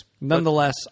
nonetheless